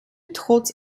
trotz